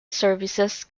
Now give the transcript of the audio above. services